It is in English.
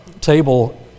table